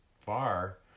far